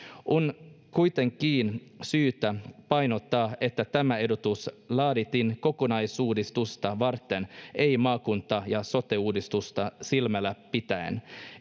on kuitenkin syytä painottaa että tämä ehdotus laadittiin kokonaisuudistusta varten ei maakunta ja sote uudistusta silmällä pitäen